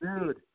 dude